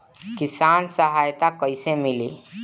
किसान सहायता कईसे मिली?